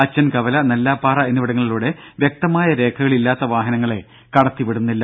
അച്ചൻകവല നെല്ലാപ്പാറ എന്നിവിടങ്ങളിലൂടെ വ്യക്തമായ രേഖകളില്ലാത്ത വാഹനങ്ങളെ കടത്തി വിടുന്നില്ല